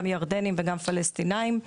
גם ירדנים וגם פלשתינאים.